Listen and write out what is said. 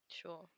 Sure